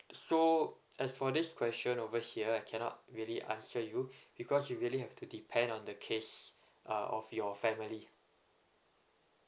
so as for this question over here I cannot really answer you because you really have to depend on the case uh of your family